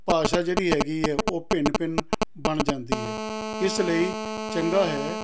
ਭਾਸ਼ਾ ਜਿਹੜੀ ਹੈਗੀ ਹੈ ਉਹ ਭਿੰਨ ਭਿੰਨ ਬਣ ਜਾਂਦੀ ਹੈ ਇਸ ਲਈ ਚੰਗਾ ਹੈ